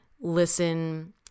listen